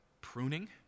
pruning